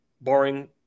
Barring